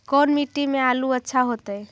कोन मट्टी में आलु अच्छा होतै?